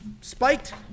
spiked